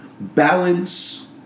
balance